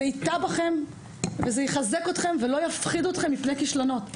זה ייטע בכם וזה יחזק אתכם ולא יפחיד אתכם מפני כישלונות,